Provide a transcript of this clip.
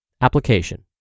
Application